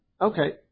Okay